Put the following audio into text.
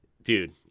dude